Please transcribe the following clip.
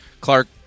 Clark